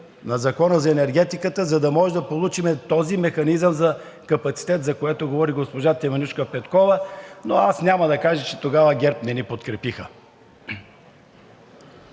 на Закона за енергетиката, за да можем да получим този механизъм за капацитет, за който говори госпожа Теменужка Петкова, но аз няма да кажа, че тогава ГЕРБ не ни подкрепиха.